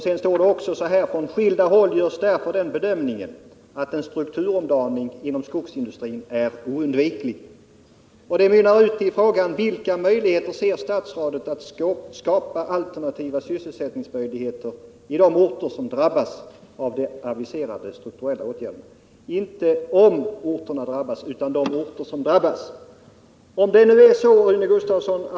Sedan står det också: ”Från skilda håll görs därför den bedömningen att en strukturomdaning inom skogsindustrin är oundviklig.” Och interpellationen mynnar ut i frågan: ”Vilka möjligheter ser sta srådet att skapa alternativa sysselsättningsmöjligheter i de orter som drabbas av de aviserade strukturella åtgärderna inom Södra Skogsägarna AB?” Frågan är alltså inte om orterna drabbas, utan det sägs: de orter som drabbas.